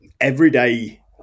everyday